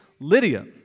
Lydia